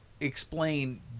explain